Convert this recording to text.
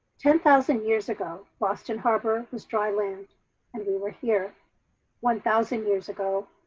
ten thousand years ago, boston harbor was dry land and we were here one thousand years ago.